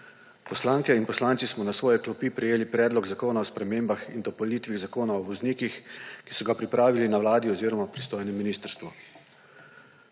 Poslanke in poslanci smo na svoje klopi prejeli Predlog zakona o spremembah in dopolnitvi Zakona o voznikih, ki so ga pripravili na Vladi oziroma pristojnem ministrstvu.